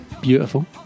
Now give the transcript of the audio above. Beautiful